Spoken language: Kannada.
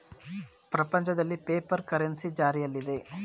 ಪ್ರಪಂಚದಲ್ಲಿ ಪೇಪರ್ ಕರೆನ್ಸಿ ಜಾರಿಯಲ್ಲಿದೆ